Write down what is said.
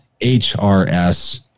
H-R-S